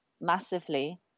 massively